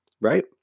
right